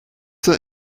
there